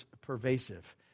pervasive